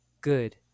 good